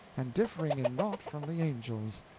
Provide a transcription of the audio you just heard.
and differing in naught from the angels.